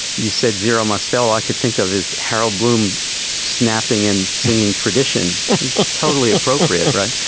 you said zero mostel i could think of. is harold bloom snapping and singing tradition totally appropriate? right.